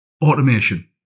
Automation